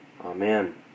Amen